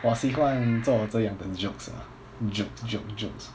我习惯做这样的 jokes ah jokes joke jokes